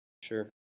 Sure